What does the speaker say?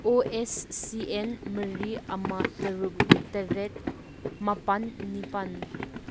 ꯑꯣ S C N ꯃꯔꯤ ꯑꯃ ꯇꯔꯨꯛ ꯇꯔꯦꯠ ꯃꯥꯄꯟ ꯅꯤꯄꯥꯟ